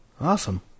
Awesome